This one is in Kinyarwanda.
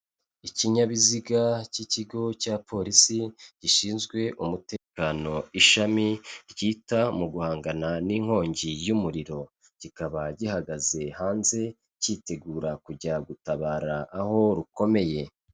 Ikinyabiziga cy'ikigo cya polisi gishinzwe umutekano, ishami ryita mu guhangana n'inkongi y'umuriro. Kikaba gihagaze hanze, cyitegura kujya gutabara aho rukomeye.